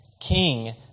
king